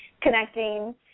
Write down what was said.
connecting